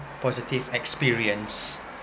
positive experience